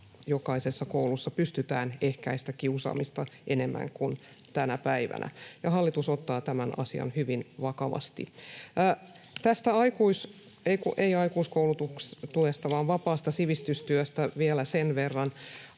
jokaisessa koulussa pystytään ehkäisemään kiusaamista enemmän kuin tänä päivänä, ja hallitus ottaa tämän asian hyvin vakavasti. Tästä vapaasta sivistystyöstä vielä sen verran,